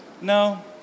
No